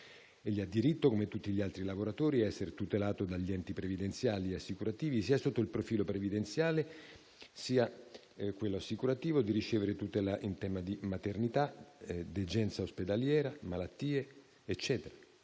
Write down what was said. hanno diritto, come tutti gli altri lavoratori, a essere tutelate dagli enti previdenziali e assicurativi, sia sotto il profilo previdenziale sia sotto quello assicurativo, a ricevere tutela in tema di maternità, degenza ospedaliera, malattie, eccetera.